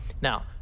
Now